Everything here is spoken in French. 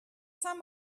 saint